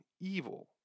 evil